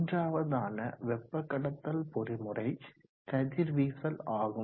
மூன்றாவதான வெப்ப கடத்தல் பொறிமுறை கதிர்வீசல் ஆகும்